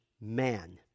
man